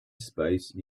space